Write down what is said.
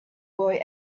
boy